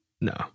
No